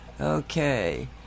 Okay